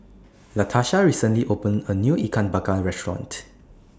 Latarsha recently opened A New Ikan Bakar Restaurant